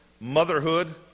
motherhood